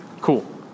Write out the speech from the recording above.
Cool